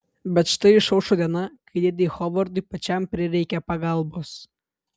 bet štai išaušo diena kai dėdei hovardui pačiam prireikia pagalbos